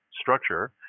structure